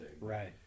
right